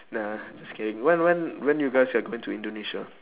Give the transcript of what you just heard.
nah just kidding when when when you guys are going to indonesia